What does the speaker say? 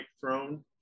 throne